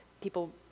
people